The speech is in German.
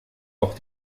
auch